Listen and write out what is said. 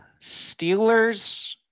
Steelers